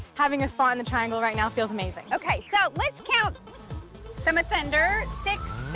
having a spot in the triangle right now feels amazing. okay, so let's count some authender six,